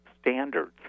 standards